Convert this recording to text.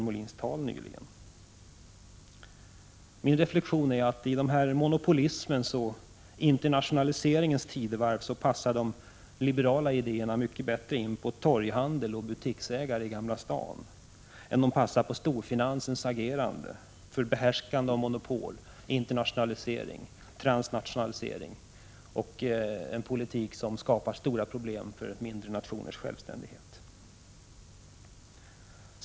Min reflexion är att i detta monopolismens och internationaliseringens tidevarv passar de liberala idéerna mycket bättre in på torghandel och butiksägare i Gamla stan än på storfinansen, som agerar för behärskande av monopol, internationalisering, transnationalisering och en politik som skapar stora problem för mindre nationers självständighet.